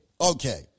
Okay